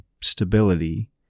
stability